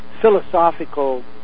philosophical